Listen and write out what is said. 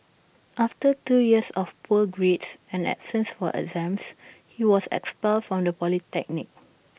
after two years of poor grades and absence from exams he was expelled from the polytechnic